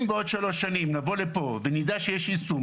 אם בעוד שלוש שנים נבוא לפה ונדע שיש יישום,